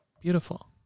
beautiful